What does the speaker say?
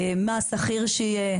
מה הסחיר שיהיה.